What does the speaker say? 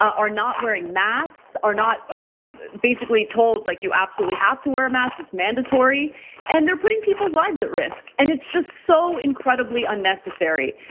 are are not wearing masks, are not ah basically told like you absolutely have to wear a mask. it's mandatory and they're putting people's lives at risk, and it's just so incredibly unnecessary.